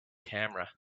camera